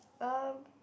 um